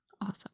Awesome